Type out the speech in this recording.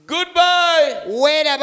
Goodbye